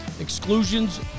Exclusions